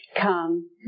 come